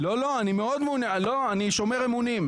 לא, אני שומר אמונים.